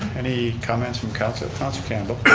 any comments from council? councilor campbell.